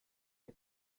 wir